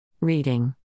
Reading